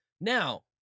Now